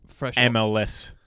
MLS